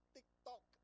TikTok